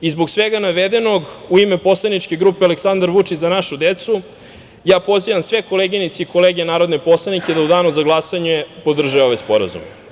Zbog svega navedenog, u ime poslaničke grupe Aleksandar Vučić – Za našu decu, pozivam sve koleginice i kolege narodne poslanike da u danu za glasanje podrže ovaj sporazum.